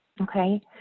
Okay